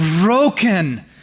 broken